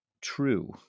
True